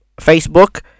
Facebook